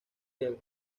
riego